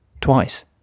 twice